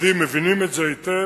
המפקדים מבינים את זה היטב